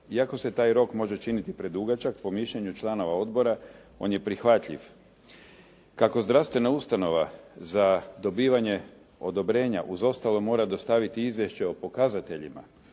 Iako se taj rok može činiti predugačak po mišljenju članova odbora on je prihvatljiv. Kako zdravstvena ustanova za dobivanje odobrenja uz ostalo mora dostaviti izvješće o pokazateljima